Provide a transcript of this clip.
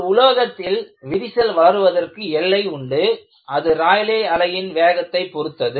ஒரு உலோகத்தில் விரிசல் வளர்வதற்கு எல்லை உண்டு அது ராய்லே அலையின் வேகத்தை பொருத்தது